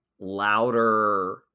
louder